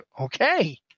Okay